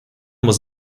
was